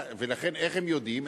ולכן, איך הם יודעים?